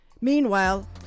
Meanwhile